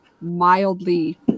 mildly